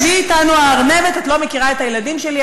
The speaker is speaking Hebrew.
שבי אתנו הארנבת את לא מכירה את הילדים שלי,